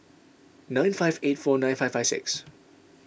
nine five eight four nine five five six